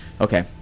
Okay